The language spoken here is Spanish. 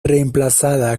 reemplazada